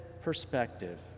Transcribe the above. perspective